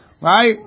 Right